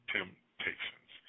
Temptations